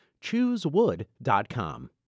Choosewood.com